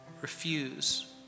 refuse